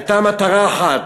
הייתה מטרה אחת: